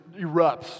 erupts